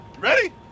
Ready